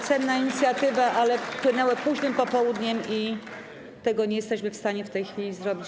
Cenna inicjatywa, ale wpłynęła późnym popołudniem i nie jesteśmy tego w stanie w tej chwili zrobić.